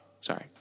Sorry